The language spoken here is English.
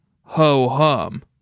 ho-hum